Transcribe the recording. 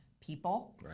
people